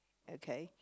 okay